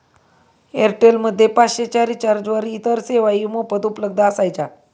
Airtel मध्ये पाचशे च्या रिचार्जवर इतर सेवाही मोफत उपलब्ध असायच्या